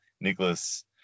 nicholas